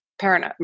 parent